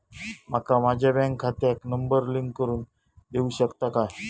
माका माझ्या बँक खात्याक नंबर लिंक करून देऊ शकता काय?